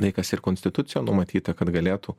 tai kas ir konstitucijoj numatyta kad galėtų